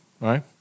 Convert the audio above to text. right